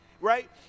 Right